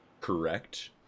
correct